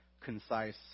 concise